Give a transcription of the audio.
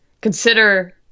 consider